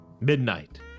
Midnight